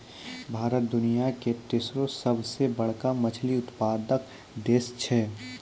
भारत दुनिया के तेसरो सभ से बड़का मछली उत्पादक देश छै